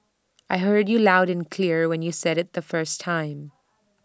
I heard you loud and clear when you said IT the first time